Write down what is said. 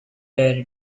bear